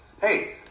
Hey